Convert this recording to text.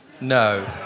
No